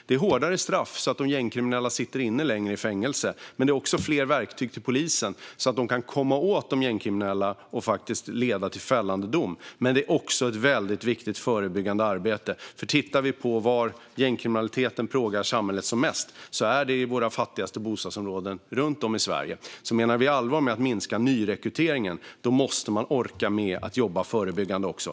Det är hårdare straff så att de gängkriminella sitter i fängelse längre, men det är också fler verktyg till polisen så att de kan komma åt de gängkriminella, som sedan kan få en fällande dom. Men det är också ett väldigt viktigt förebyggande arbete. Tittar vi på var gängkriminaliteten plågar samhället som mest är det i våra fattigaste bostadsområden runt om i Sverige. Och menar man allvar med att minska nyrekryteringen måste man orka med att jobba förebyggande också.